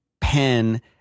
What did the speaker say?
pen